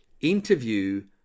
interview